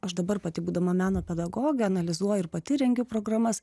aš dabar pati būdama meno pedagoge analizuoju ir pati rengiu programas